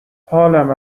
حالم